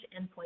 endpoint